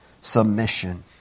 submission